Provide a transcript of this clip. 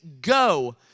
Go